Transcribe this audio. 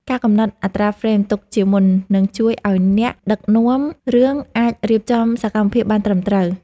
ការកំណត់អត្រាហ្វ្រេមទុកជាមុននឹងជួយឱ្យអ្នកដឹកនាំរឿងអាចរៀបចំសកម្មភាពបានត្រឹមត្រូវ។